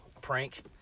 prank